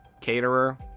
caterer